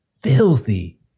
filthy